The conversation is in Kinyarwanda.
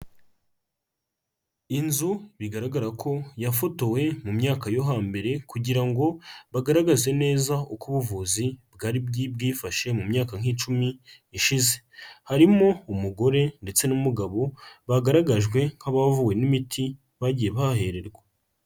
Inzu bigaragara ko yafotowe mu myaka yo hambere kugira ngo bagaragaze neza uko ubuvuzi bwari bwifashe mu myaka nk'icumi ishize, harimo umugore ndetse n'umugabo bagaragajwe nk'abavuwe n'imiti bagiye bahahererwa.